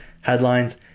headlines